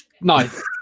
Nice